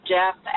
Jeff